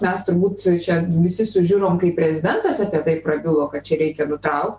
mes turbūt čia visi sužiurom kai prezidentas apie tai prabilo kad čia reikia nutraukt